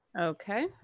Okay